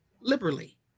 liberally